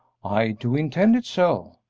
i do intend it so.